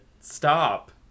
stop